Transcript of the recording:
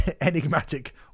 enigmatic